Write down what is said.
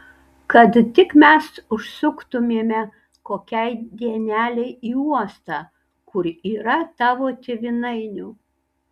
kad tik mes užsuktumėme kokiai dienelei į uostą kur yrą tavo tėvynainių